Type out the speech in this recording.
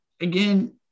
again